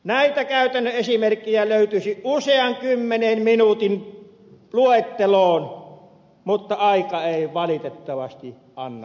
näitä käytännön esimerkkejä löytyisi usean kymmenen minuutin luetteloon mutta aika ei valitettavasti anna periksi